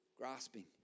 grasping